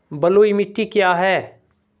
बलुई मिट्टी क्या है?